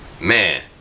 man